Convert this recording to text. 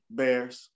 bears